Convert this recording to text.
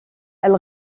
elle